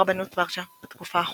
רבנות ווארשה בתקופה האחרונה,